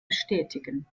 bestätigen